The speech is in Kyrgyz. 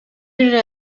эле